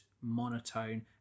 monotone